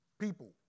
People